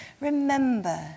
Remember